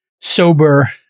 sober